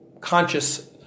conscious